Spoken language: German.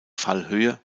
fallhöhe